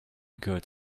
good